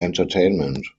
entertainment